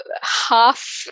half